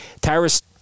Tyrus